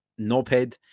knobhead